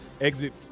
exit